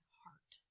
heart